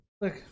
Look